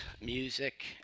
music